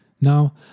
Now